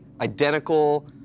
identical